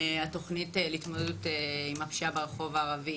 התוכנית להתמודדות עם הפשיעה ברחוב הערבי